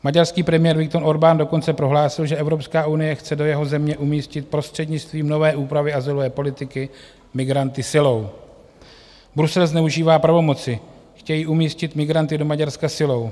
Maďarský premiér Viktor Orbán dokonce prohlásil, že Evropská unie chce do jeho země umístit prostřednictvím nové úpravy azylové politiky migranty silou: Brusel zneužívá pravomoci, chtějí umístit migranty do Maďarska silou.